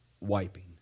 wiping